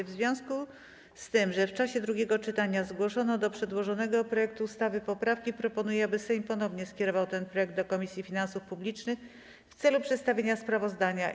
W związku z tym, że w czasie drugiego czytania zgłoszono do przedłożonego projektu ustawy poprawki, proponuję, aby Sejm ponownie skierował ten projekt do Komisji Finansów Publicznych w celu przedstawienia sprawozdania.